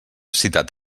citat